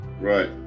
Right